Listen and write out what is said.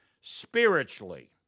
spiritually